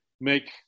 make